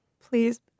Please